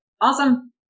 awesome